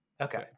okay